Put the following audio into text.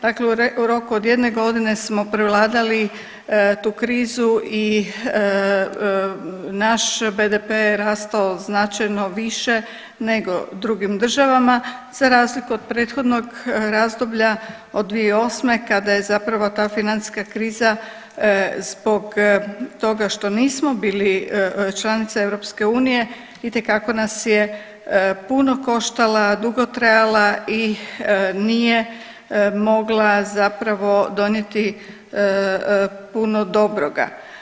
Dakle, u roku jedne godine smo prevladali tu krizu i naš BDP je rastao značajno više nego drugim državama za razliku od prethodnog razdoblja od 2008. kada je zapravo ta financijska kriza zbog toga što nismo bili članica EU itekako nas je puno koštala, dugo trajala i nije mogla zapravo donijeti puno dobroga.